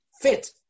fit